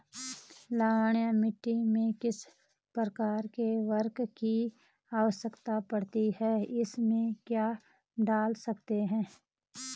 लवणीय मिट्टी में किस प्रकार के उर्वरक की आवश्यकता पड़ती है इसमें क्या डाल सकते हैं?